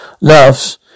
Loves